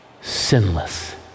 sinless